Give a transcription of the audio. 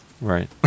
Right